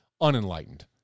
unenlightened